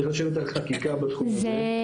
צריך לשבת על חקיקה בתחום הזה.